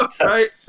Right